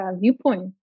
viewpoint